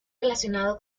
relacionado